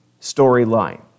storyline